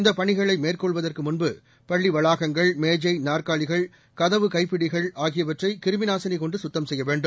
இந்தப் பணிகளை மேற்கொள்வதற்கு முன்பு பள்ளி வளாகங்கள் மேஜை நாற்காலிகள் கதவு கைப்பிடிகள் ஆகியவற்றை கிருமி நாசினி கொண்டு சுத்தம் செய்ய வேண்டும்